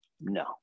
No